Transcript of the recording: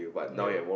ya